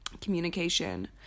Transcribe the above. communication